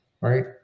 right